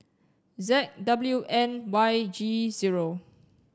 Z W N Y G zero